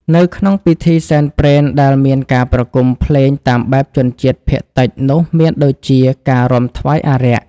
នៅក្នុងពិធីសែនព្រេនដែលមានការប្រគំភ្លេងតាមបែបជនជាតិភាគតិចនោះមានដូចជា ការរាំថ្វាយអារក្ស។